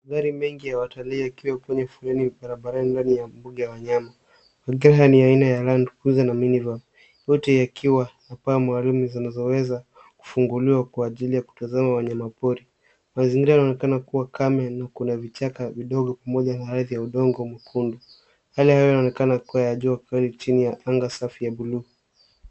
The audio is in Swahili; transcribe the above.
Magari mengi ya watalii yakiwa kwenye foleni barabarani ndani ya mbuga ya wanyama. Magari haya ni ya aina ya Landcruiser na Minivan. Yote yakiwa na paa maalumu zinazoweza kufunguliwa kwa ajili ya kutazama wanyama pori. Mazingira inaonekana kuwa kame na kuna vichaka vidogo pamoja na ardhi ya udongo mwekundu. Hali ya hewa inaonekana kuwa ya jua kali chini ya anga safi ya bluu.